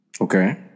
Okay